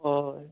और